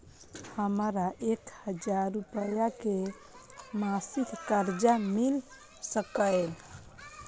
हमरा एक हजार रुपया के मासिक कर्जा मिल सकैये?